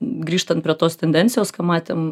grįžtant prie tos tendencijos ką matėm